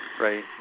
Right